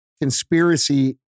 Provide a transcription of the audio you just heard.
conspiracy